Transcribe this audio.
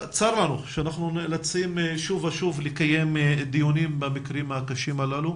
צר לנו שאנחנו נאלצים לקיים שוב ושוב דיונים במקרים הקשים הללו,